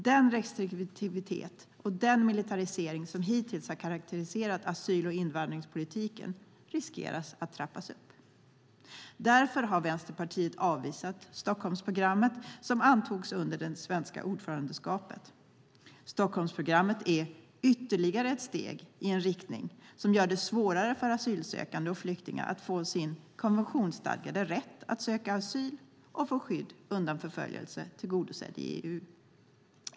Den restriktivitet och den militarisering som hittills karakteriserat asyl och invandringspolitiken riskerar att trappas upp. Därför har Vänsterpartiet avvisat Stockholmsprogrammet, som antogs under det svenska ordförandeskapet. Stockholmsprogrammet är ytterligare ett steg i en riktning som gör det svårare för asylsökande och flyktingar att få sin konventionsstadgade rätt att söka asyl och få skydd undan förföljelse tillgodosedd i EU.